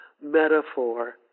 metaphor